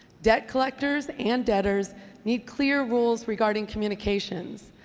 debt collectors and debtors need clear rules regarding communications.